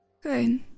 Good